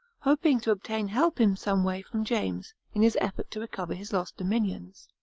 hoping to obtain help in some way from james, in his efforts to recover his lost dominions.